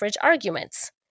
arguments